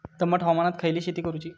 दमट हवामानात खयली शेती करूची?